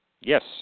Yes